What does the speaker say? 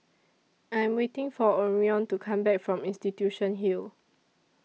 I Am waiting For Orion to Come Back from Institution Hill